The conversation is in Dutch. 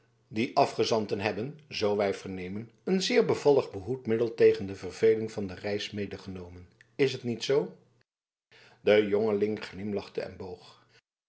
die afgezanten hebben zoo wij vernemen een zeer bevallig behoedmiddel tegen de verveling van de reis medegenomen is het niet zoo de jongeling glimlachte en boog